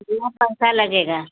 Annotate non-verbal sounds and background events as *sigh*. *unintelligible* पैसा लगेगा